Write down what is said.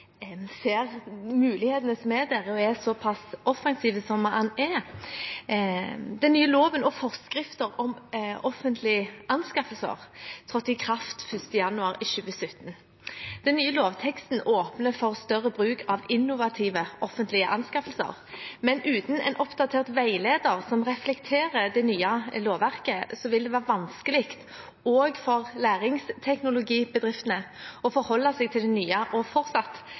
er såpass offensiv som han er. Den nye loven – og forskrifter – om offentlige anskaffelser trådte i kraft 1. januar 2017. Den nye lovteksten åpner for større bruk av innovative offentlige anskaffelser. Men uten en oppdatert veileder som reflekterer det nye lovverket, vil det være vanskelig også for læringsteknologibedriftene å forholde seg til det nye og fortsatt